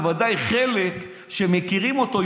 בוודאי החלק שמכירים אותו,